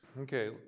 Okay